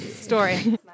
story